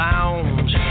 Lounge